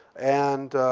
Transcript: and